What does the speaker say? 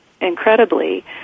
incredibly